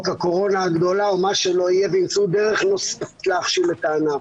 הקורונה הגדולה או מה שלא יהיה וימצאו דרך נוספת להכשיל את הענף.